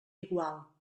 igual